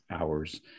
hours